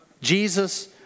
Jesus